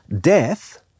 death